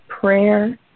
prayer